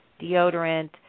deodorant